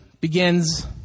begins